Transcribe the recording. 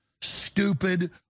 stupid